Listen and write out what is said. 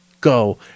go